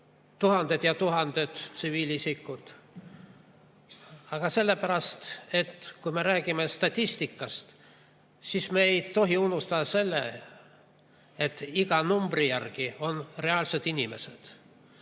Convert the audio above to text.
tuhanded ja tuhanded tsiviilisikud. Aga kui me räägime statistikast, siis me ei tohi unustada seda, et iga numbri taga on reaalsed inimesed.